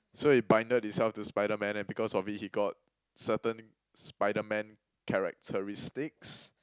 so he binded himself to Spiderman and because of it he got certain Spiderman characteristics